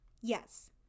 yes